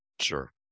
sure